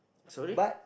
sorry